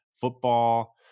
football